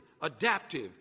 adaptive